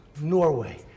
Norway